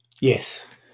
Yes